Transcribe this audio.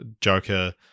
joker